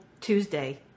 Tuesday